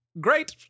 Great